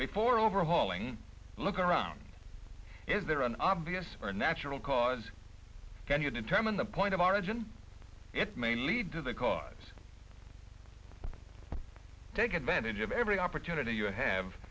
before overhauling looking around is there an obvious or natural cause can you determine the point of origin it may lead to the cause take advantage of every opportunity you have